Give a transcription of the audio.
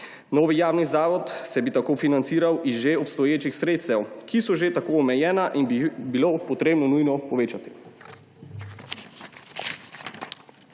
Novi javni zavod se bi tako financiral iz že obstoječih sredstev, ki so že tako omejena in bi jih bilo nujno treba povečati.